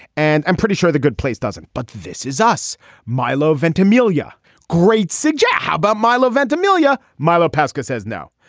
and i'm pretty sure the good place doesn't. but this is us milo ventimiglia great suggest. how about milo ventimiglia. milo pesca says no.